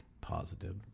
positive